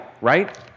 right